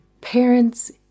parents